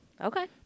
Okay